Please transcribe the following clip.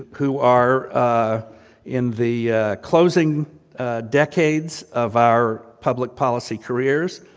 who are ah in the closing decades of our public policy careers,